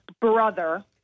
brother